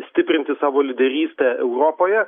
stiprinti savo lyderystę europoje